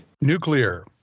Nuclear